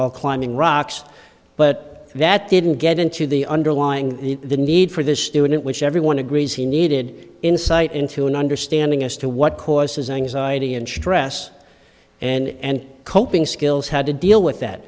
while climbing rocks but that didn't get into the underlying the need for this student which everyone agrees he needed insight into an understanding as to what causes anxiety and stress and coping skills had to deal with that